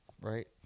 right